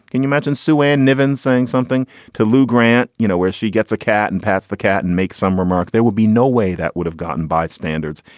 can you imagine sue ann nevins saying something to lou grant? you know where she gets a cat and pats the cat and makes some remark. there would be no way that would have gotten by standards,